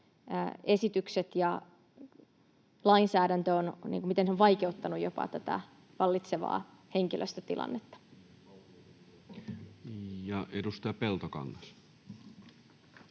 esitykset ja lainsäädäntö ovat jopa vaikeuttaneet tätä vallitsevaa henkilöstötilannetta. Ja edustaja Peltokangas.